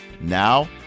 Now